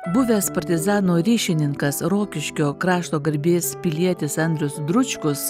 buvęs partizanų ryšininkas rokiškio krašto garbės pilietis andrius dručkus